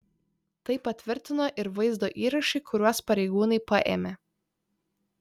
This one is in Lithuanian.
tai patvirtino ir vaizdo įrašai kuriuos pareigūnai paėmė